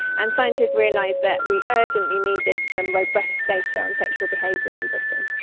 and scientists realised that we urgently needed some robust data on sexual behaviour in britain.